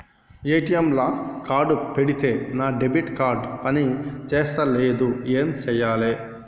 ATM లా card పెడితే నా డెబిట్ కార్డ్ పని చేస్తలేదు ఏం చేయాలే?